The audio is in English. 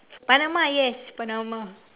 panama yes panama